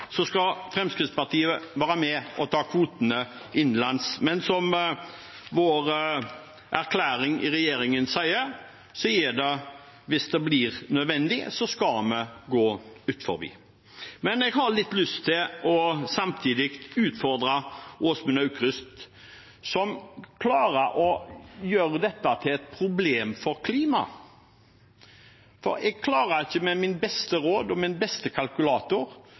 skal Fremskrittspartiet være med og ta kvotene innenlands, men som vår erklæring i regjeringen sier, skal vi gå utenom hvis det blir nødvendig. Jeg har samtidig litt lyst til å utfordre representanten Åsmund Aukrust, som klarer å gjøre dette til et problem for klimaet. Selvfølgelig skal Norge kutte noen kvoter hjemme og for andre, men med dette systemet, som vi er pålagt å ha, klarer ikke jeg med min beste vilje og min